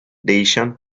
değişen